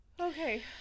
Okay